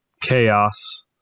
chaos